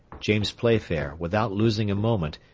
james playfair, without losing a moment,